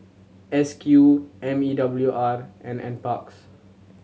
S Q M E W R and Nparks